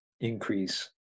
increase